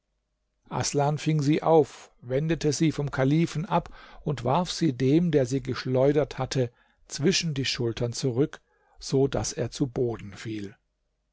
aßlan fing sie auf wendete sie vom kalifen ab und warf sie dem der sie geschleudert hatte zwischen die schultern zurück so daß er zu boden fiel